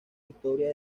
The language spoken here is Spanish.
historia